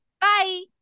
bye